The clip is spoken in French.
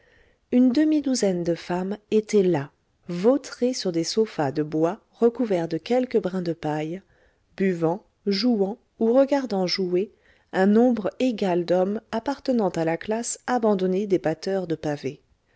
une demi-douzaine de femmes étaient là vautrées sur des sophas de bois recouverts de quelques brins de paille buvant jouant ou regardant jouer un nombre égal d'hommes appartenant à la classe abandonnée des batteurs de pavés